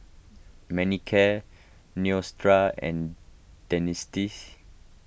Manicare and